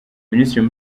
minisitiri